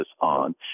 on